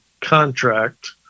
contract